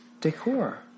decor